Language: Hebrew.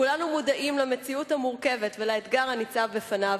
כולנו מודעים למציאות המורכבת ולאתגר הניצב בפניו